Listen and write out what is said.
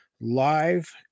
Live